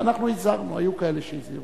ואנחנו הזהרנו, היו כאלה שהזהירו.